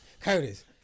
Curtis